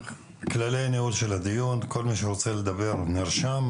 כללי הניהול של הדיון: כל מי שרוצה לדבר נרשם,